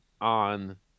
on